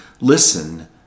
listen